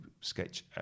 sketch